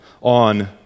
On